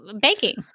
baking